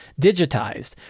digitized